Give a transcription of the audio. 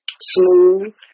smooth